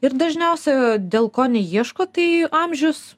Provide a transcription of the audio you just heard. ir dažniausiai dėl ko neieško tai amžius